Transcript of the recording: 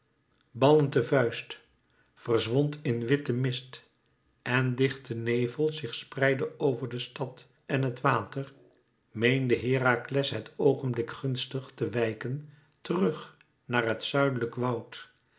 ballend de vuist verzwond in witten mist en dichte nevel zich spreidde over de stad en het water meende herakles het oogenblik gunstig te wijken terug naar het zuidelijk woud